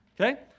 Okay